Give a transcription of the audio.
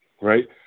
right